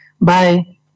bye